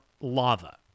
lava